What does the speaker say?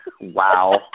Wow